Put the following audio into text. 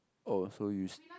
oh so you s~